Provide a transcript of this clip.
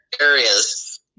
areas